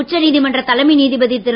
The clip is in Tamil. உச்ச நீதிமன்ற தலைமை நீதிபதி திரு